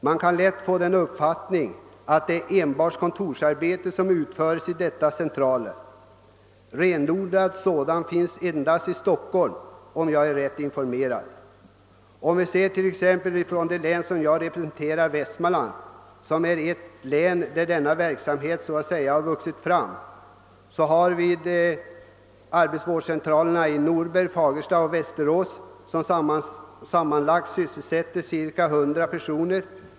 Man kan då lätt få den uppfattningen att det enbart är kontorsarbete som utförs vid dessa centraler. Renodlad sådan verksamhet förekommer dock endast i Stockholm, om jag är riktigt informerad. Om vi ser på det län som jag representerar, alltså Västmanlands län, finner vi att detta — som är ett län där denna verksamhet så att säga vuxit fram — har centraler i Norberg, Fagersta och Västerås, vid vilka sysselsätts sammanlagt omkring 100 personer.